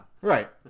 Right